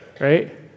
right